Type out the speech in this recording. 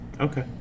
Okay